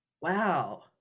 Wow